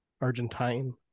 argentine